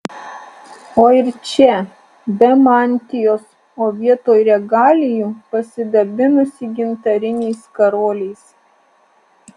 o ir čia be mantijos o vietoj regalijų pasidabinusi gintariniais karoliais